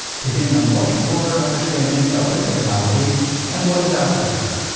to gain a much broader understanding of the technology and what is out there.